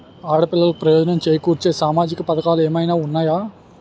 ఆడపిల్లలకు ప్రయోజనం చేకూర్చే సామాజిక పథకాలు ఏమైనా ఉన్నాయా?